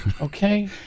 Okay